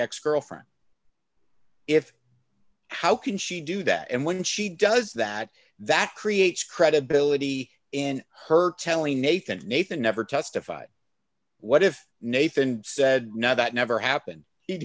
ex girlfriend if how can she do that and when she does that that creates credibility in her telling nathan nathan never testified what if nathan said no that never happened